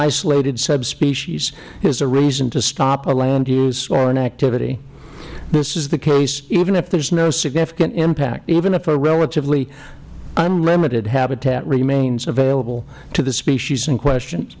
isolated subspecies is a reason to stop a land use or an activity this is the case even if there is no significant impact even if a relatively unlimited habitat remains available to the species in question